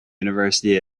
university